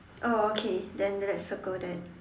oh okay then let's circle that